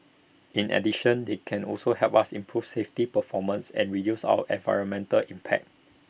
in addition they can also help us improve safety performance and reduce our environmental impact